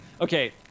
Okay